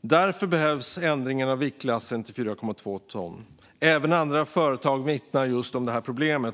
Därför behövs ändringen av viktklassen till 4,2 ton. Även andra företag vittnar om just detta problem.